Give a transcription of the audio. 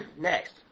Next